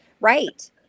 Right